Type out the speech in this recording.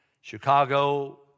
Chicago